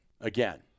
again